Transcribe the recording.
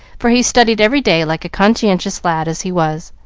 for he studied every day like a conscientious lad as he was.